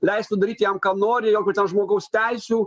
leistų daryti jam ką nori jokių ten žmogaus teisių